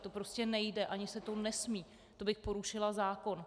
To prostě nejde, ani se to nesmí, to bych porušila zákon.